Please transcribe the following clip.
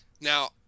now